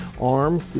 arm